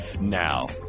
Now